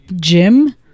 gym